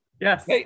Yes